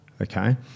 okay